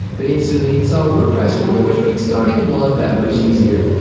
they instantly install wordpress for you which makes starting a blog that much easier.